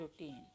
routine